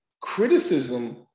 criticism